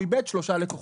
הוא איבד שלושה לקוחות.